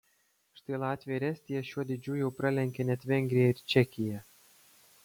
štai latvija ir estija šiuo dydžiu jau pralenkė net vengriją ir čekiją